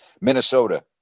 Minnesota